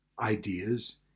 ideas